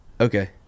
okay